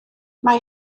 mae